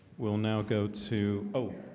will now go to oh,